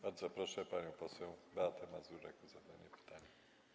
Bardzo proszę panią poseł Beatę Mazurek o zadanie pytania.